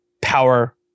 power